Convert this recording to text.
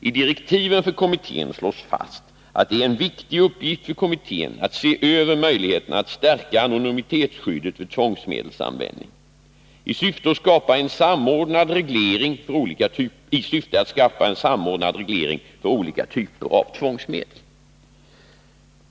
I direktiven för kommittén slås fast att det är en viktig uppgift för kommittén att se över möjligheterna att stärka anonymitetsskyddet vid tvångsmedelsanvändning. I syfte att skapa ett fullgott skydd skall kommittén vidare söka finna en samordnad reglering för olika typer av tvångsmedel.